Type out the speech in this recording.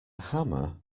hammer